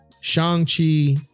Shang-Chi